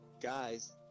Guys